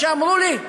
כשאמרו לי: